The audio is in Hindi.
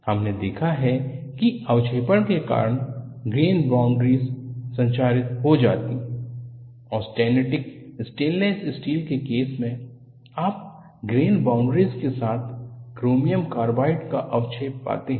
हमने देखा है कि अवक्षेपण के कारण ग्रेन बॉउन्ड्रीस संक्षारित हो जाती हैं ऑस्टेनिटिक स्टेनलेस स्टील के केस में आप ग्रेन बॉउन्ड्रीस के साथ क्रोमियम कार्बाइड का अवक्षेप पाते हैं